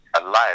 alive